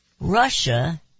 Russia